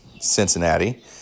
Cincinnati